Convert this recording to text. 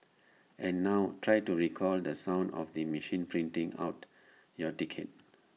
and now try to recall the sound of the machine printing out your ticket